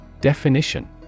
Definition